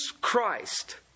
Christ